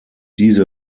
diese